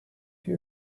your